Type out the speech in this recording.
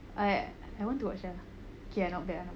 I want to watch ah okay ah not bad